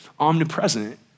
omnipresent